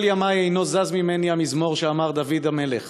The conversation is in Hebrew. כל ימי אינו זז ממני המזמור שאמר דוד המלך: